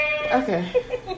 Okay